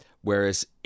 Whereas